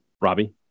Robbie